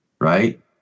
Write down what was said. right